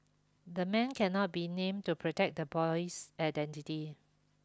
the man cannot be named to protect the boy's identity